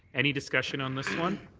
any discussion on these one?